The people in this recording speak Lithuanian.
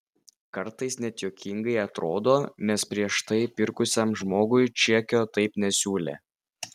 kartais net juokingai atrodo nes prieš tai pirkusiam žmogui čekio taip nesiūlė